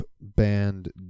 band